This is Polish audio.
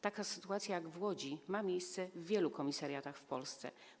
Taka sytuacja jak w Łodzi ma miejsce w wielu komisariatach w Polsce.